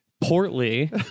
Portly